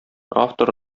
автор